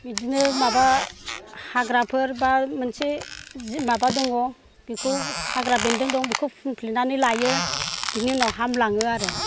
बिदिनो माबा हाग्राफोर बा मोनसे माबा दङ बेखौ हाग्रा बेन्दों दं बेखौ फुनफ्लेनानै लायो बिनि उनाव हामलाङो आरो